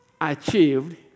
achieved